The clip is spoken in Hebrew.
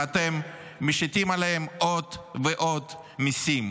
ואתם משיתים עליהם עוד ועוד מיסים.